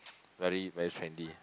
very very trendy